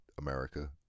America